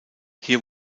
hier